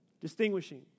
Distinguishing